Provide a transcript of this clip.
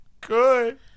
good